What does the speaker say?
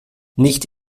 nicht